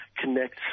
connect